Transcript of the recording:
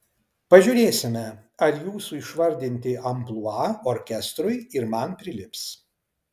pažiūrėsime ar jūsų išvardinti amplua orkestrui ir man prilips